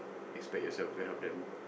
expect yourself to help them